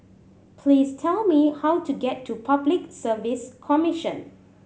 please tell me how to get to Public Service Commission